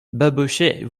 babochet